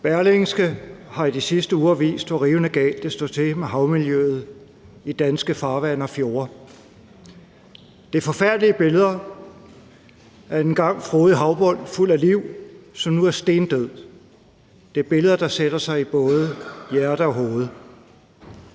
Berlingske har i de sidste uger vist, hvor rivende galt det står til med havmiljøet i danske farvande og fjorde. Det er forfærdelige billeder af en engang frodig havbund fuld af liv, som nu er stendød. Det er billeder, der sætter sig i både hjerte og hoved.